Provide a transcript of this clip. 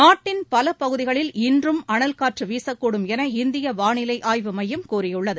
நாட்டின் பல பகுதிகளில் இன்றும் அனல் காற்று வீசக்கூடும் என இந்திய வானிலை ஆய்வு மையம் கூறியுள்ளது